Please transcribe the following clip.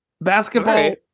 basketball